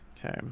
Okay